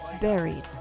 buried